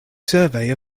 survey